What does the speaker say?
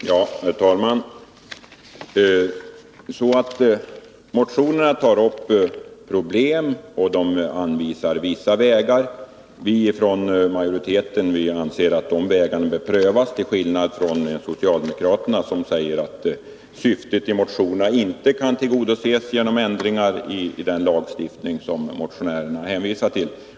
Herr talman! Motionerna tar upp problem och anvisar vissa vägar. Från utskottsmajoritetens sida anser vi att de vägarna bör prövas, till skillnad från socialdemokraterna, som säger att syftet i motionerna inte kan tillgodoses genom ändringar i den lagstiftning som motionärerna hänvisar till.